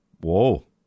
Whoa